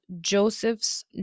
Joseph's